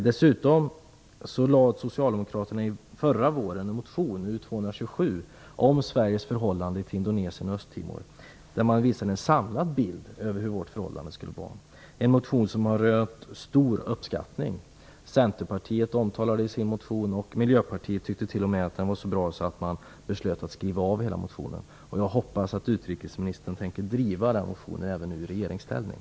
Dessutom väckte Socialdemokraterna förra året en motion, U227, om Sveriges förhållande till Indonesien och Östtimor, där man visade en samlad bild av hur vårt förhållande skulle vara. Motionen har rönt stor uppskattning. Centerpartiet omtalade den i sin motion, och Miljöpartiet tyckte t.o.m. att den var så bra att man beslöt att skriva av hela motionen. Jag hoppas att utrikesministern tänker agera enligt den motionen även i regeringsställning.